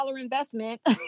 investment